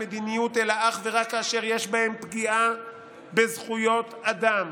מדיניות אלא אך ורק כאשר יש בהם פגיעה בזכויות אדם.